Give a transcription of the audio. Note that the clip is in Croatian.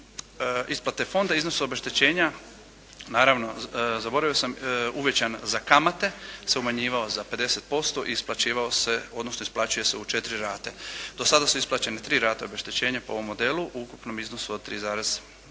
isplate fonda u iznosu obeštećenja, naravno zaboravio sam uvećan za kamate se umanjivao za 50% i isplaćivao se, odnosno isplaćuje se u 4 rate. Do sada su isplaćene tri rate obeštećenja po ovom modelu u ukupnom iznosu od 3,6